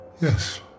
Yes